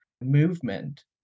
movement